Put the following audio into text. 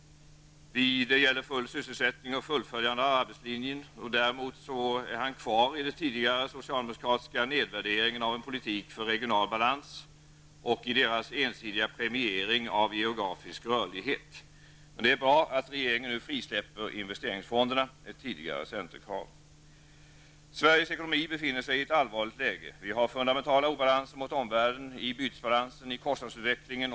Det gäller full sysselsättning och fullföljande av arbetslinjen. Däremot är han kvar i den tidigare socialdemokratiska nedvärderingen av en politik för regional balans och i deras ensidiga premiering av geografisk rörlighet. Det är bra att regeringen nu frisläpper investeringsfonderna. Det är ett tidigare centerkrav. Sveriges ekonomi befinner sig i ett allvarligt läge. Vi har fundamentala obalanser mot omvärlden i bytesbalansen och i kostnadsutvecklingen.